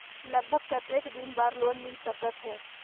लगभग कतेक दिन बार लोन मिल सकत हे?